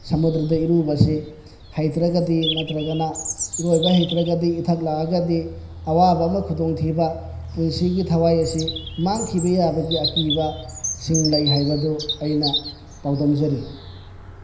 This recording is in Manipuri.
ꯁꯃꯨꯗ꯭ꯔꯗ ꯏꯔꯨꯕꯁꯤ ꯍꯩꯇ꯭ꯔꯒꯗꯤ ꯅꯠꯇ꯭ꯔꯒꯅ ꯏꯔꯣꯏꯕ ꯍꯩꯇꯔꯒꯗꯤ ꯏꯊꯛ ꯂꯥꯛꯑꯒꯗꯤ ꯑꯋꯥꯕ ꯑꯃ ꯈꯨꯗꯣꯡ ꯊꯤꯕ ꯄꯨꯟꯁꯤꯒꯤ ꯊꯋꯥꯏ ꯑꯁꯤ ꯃꯥꯡꯈꯤꯕ ꯌꯥꯕꯒꯤ ꯑꯀꯤꯕꯁꯤꯡ ꯂꯩ ꯍꯥꯏꯕꯗꯨ ꯑꯩꯅ ꯄꯥꯎꯗꯝꯖꯔꯤ